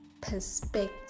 perspective